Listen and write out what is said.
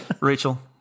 Rachel